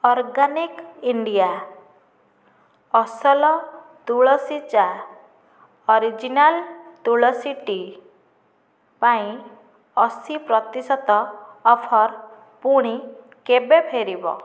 organic India ଅସଲ ତୁଳସୀ ଚା' ଅରଜିନାଲ୍ ତୁଳସୀ ଟି ପାଇଁ ଅଶୀ ପ୍ରତିଶତ ଅଫର୍ ପୁଣି କେବେ ଫେରିବ